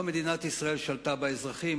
לא מדינת ישראל שלטה באזרחים,